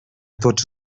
tots